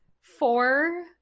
four